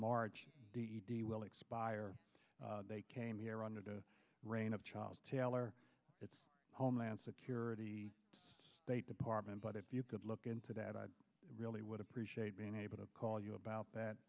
march d e d will expire they came here under the reign of charles taylor it's homeland security department but if you could look into that i really would appreciate being able to call you about that